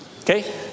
Okay